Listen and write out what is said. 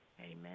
Amen